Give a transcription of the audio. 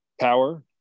power